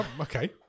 okay